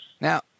Now